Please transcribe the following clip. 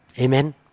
Amen